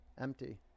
Empty